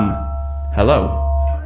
Hello